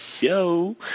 Show